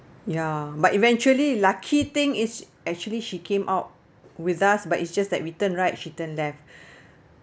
ya but eventually lucky thing is actually she came out with us but it's just that we turned right she turned left